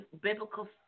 Biblical